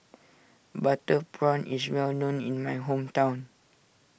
Butter Prawn is well known in my hometown